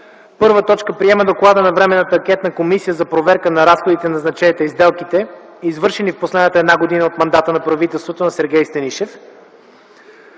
РЕШИ: 1. Приема Доклада на Временната анкетна комисия за проверка на разходите, назначенията и сделките, извършени в последната една година от мандата на правителството на Сергей Станишев.